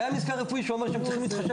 קיים מזכר רפואי שאומר שהם צריכים להתחשב